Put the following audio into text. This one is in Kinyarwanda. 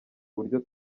uburyo